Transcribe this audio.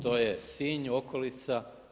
To je Sinj, okolica.